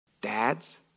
dads